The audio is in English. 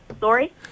Sorry